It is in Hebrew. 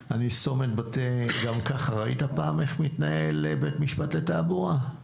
ראית איך מתנהל בית משפט לתעבורה?